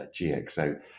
GXO